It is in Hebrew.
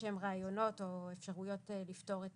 איזשהם רעיונות או אפשרויות לפתור את